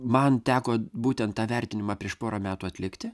man teko būtent tą vertinimą prieš porą metų atlikti